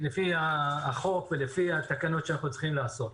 החוק ולפי התקנות שאנחנו צריכים לעשות.